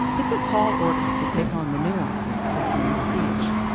it's a tall order to take on the nuances of human speech.